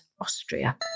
Austria